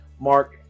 mark